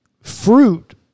fruit